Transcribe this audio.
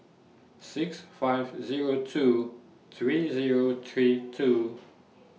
six five Zero two three Zero three two